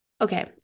okay